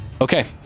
Okay